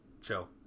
chill